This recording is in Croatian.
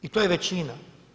I to je većina.